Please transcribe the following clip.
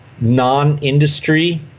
non-industry